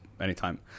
anytime